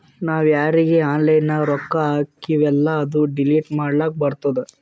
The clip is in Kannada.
ನಾವ್ ಯಾರೀಗಿ ಆನ್ಲೈನ್ನಾಗ್ ರೊಕ್ಕಾ ಹಾಕ್ತಿವೆಲ್ಲಾ ಅದು ಡಿಲೀಟ್ ಮಾಡ್ಲಕ್ ಬರ್ತುದ್